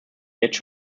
jetzt